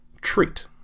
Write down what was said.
treat